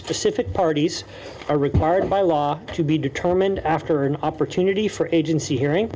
specific parties are required by law to be determined after an opportunity for agency hearing